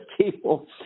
people